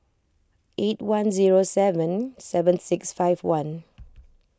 eight one zero seven seven six five one